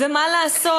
ומה לעשות,